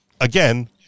again